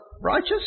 righteous